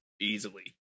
Easily